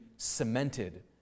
cemented